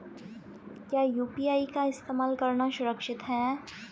क्या यू.पी.आई का इस्तेमाल करना सुरक्षित है?